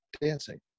dancing